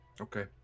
Okay